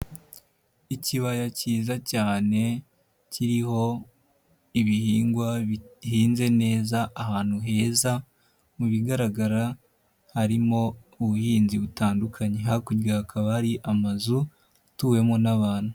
Ikibaya cyiza cyane kiriho ibihingwa bihinze neza ahantu heza, mu bigaragara harimo ubuhinzi butandukanye, hakurya hakaba hari amazu atuwemo n' abantu.